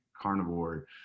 carnivore